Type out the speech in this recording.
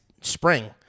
spring